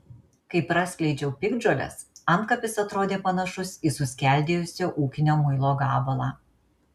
kai praskleidžiau piktžoles antkapis atrodė panašus į suskeldėjusio ūkinio muilo gabalą